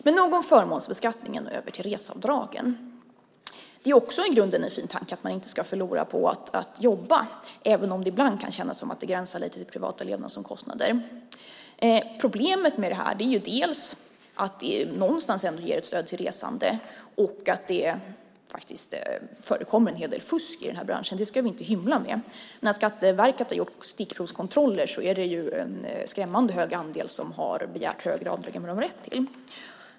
Men nog om förmånsbeskattningen och över till reseavdragen. Det är också i grunden en fin tanke att man inte ska förlora på att jobba, även om det ibland kan kännas som att det gränsar lite till privata levnadsomkostnader. Problemet med det här är att det någonstans ändå ger ett stöd till resande, och att det förekommer en hel del fusk i den här branschen ska vi inte hymla med. Skatteverket har gjort stickprovskontroller, och de visar att det är en skrämmande hög andel som har begärt högre avdrag än vad de har rätt till.